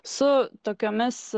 su tokiomis